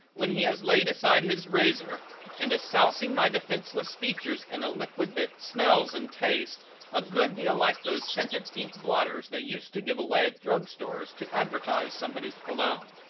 when he has laid aside his razor and is sousing my defenseless features in a liquid that smells and tastes a good deal like those scented pink blotters they used to give away at drug-stores to advertise somebody's cologne.